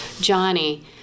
Johnny